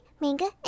manga